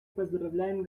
поздравляем